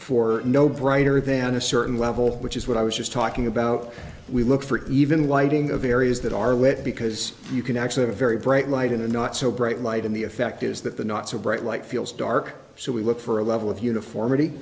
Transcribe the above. for no brighter than a certain level which is what i was just talking about we look for even lighting of areas that are lit because you can actually a very bright light in a not so bright light and the effect is that the not so bright light feels dark so we look for a level of uniformity